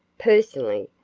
personally,